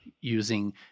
using